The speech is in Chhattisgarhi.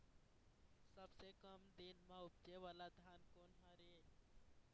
सबसे कम दिन म उपजे वाला धान कोन हर ये?